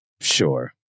Sure